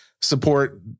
support